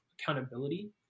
accountability